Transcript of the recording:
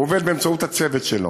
הוא עובד באמצעות הצוות שלו.